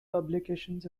publications